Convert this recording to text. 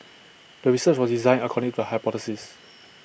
the research was designed according to the hypothesis